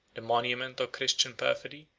the monument of christian perfidy,